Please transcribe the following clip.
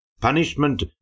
Punishment